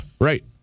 right